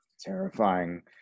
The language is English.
terrifying